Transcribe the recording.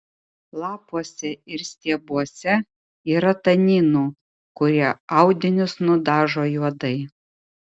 lapuose ir stiebuose yra taninų kurie audinius nudažo juodai